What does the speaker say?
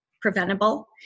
preventable